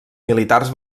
militars